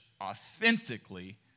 authentically